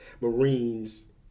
Marines